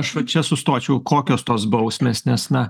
aš va čia sustočiau kokios tos bausmės nes na